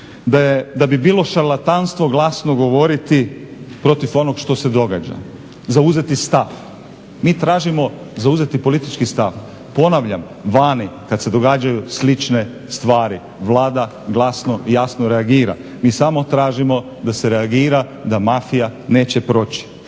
da bilo šarlatanstvo glasno govoriti protiv onog što se događa, zauzeti stav. Mi tražimo zauzeti politički stav. Ponavljam, vani kada se događaju slične stvari vlada glasno i jasno reagira. Mi samo tražimo da se reagira da mafija neće proći.